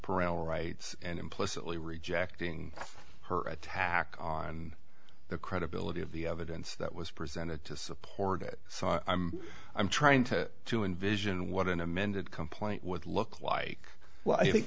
parental rights and implicitly rejecting her attack on the credibility of the evidence that was presented to support it so i'm trying to to envision what an amended complaint would look like well i think